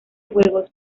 juegos